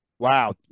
Wow